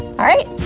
alright,